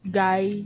guy